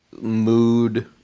mood